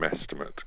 estimate